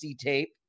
tape